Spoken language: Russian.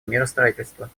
миростроительства